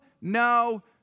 no